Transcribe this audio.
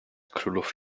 królów